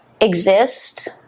exist